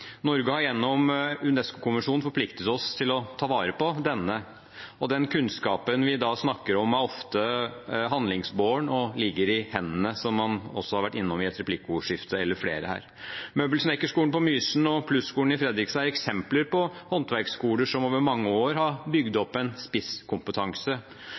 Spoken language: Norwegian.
Norge har gjennom UNESCO-konvensjonen forpliktet seg til å ta vare på denne, og den kunnskapen vi da snakker om, er ofte handlingsbåren og ligger i hendene, som man også har vært innom i et replikkordskifte eller flere her. Møbelsnekkerskolen på Mysen og Plus-skolen i Fredrikstad er eksempler på håndverksskoler som over mange år har bygd